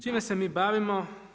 Čime se mi bavimo?